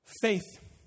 faith